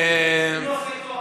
אפילו הסקטור החרדי,